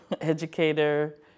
educator